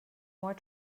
more